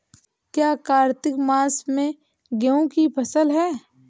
क्या कार्तिक मास में गेहु की फ़सल है?